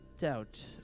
doubt